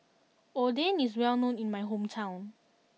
Oden is well known in my hometown